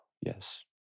yes